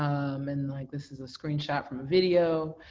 um and like, this is a screenshot from a video.